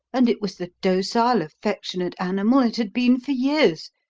and it was the docile, affectionate animal it had been for years.